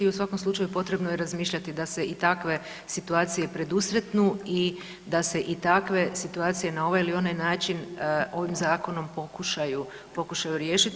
I u svakom slučaju potrebno je razmišljati da se i takve situacije predusretnu i da se i takve situacije na ovaj ili onaj način ovim zakonom pokušaju riješiti.